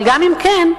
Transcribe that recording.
אבל גם אם כן,